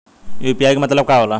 UPI के मतलब का होला?